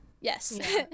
Yes